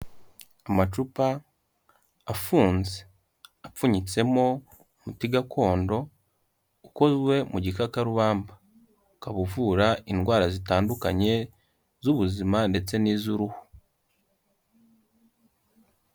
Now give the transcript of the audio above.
Amacupa afunze apfunyitsemo umuti gakondo ukozwe mu gikakarubamba, ukaba uvura indwara zitandukanye z'ubuzima ndetse n'iz'uruhu.